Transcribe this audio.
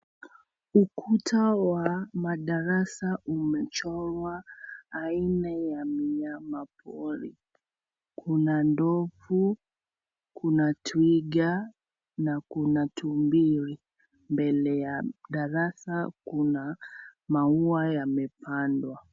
Ukuta wa madarasa umechorwa aina ya minyama pori kuna ndovu, kuna twiga, na kuna tumbili mbele ya darasa kuna maua yamepandwa.